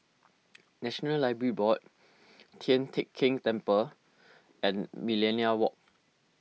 National Library Board Tian Teck Keng Temple and Millenia Walk